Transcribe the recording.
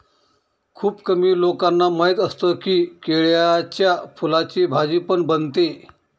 खुप कमी लोकांना माहिती असतं की, केळ्याच्या फुलाची भाजी पण बनते